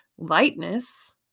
lightness